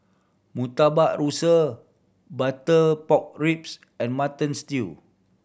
Murtabak Rusa butter pork ribs and Mutton Stew